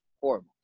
horrible